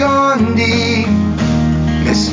Gandhi